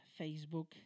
Facebook